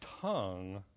tongue